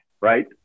right